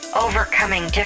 overcoming